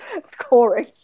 scoring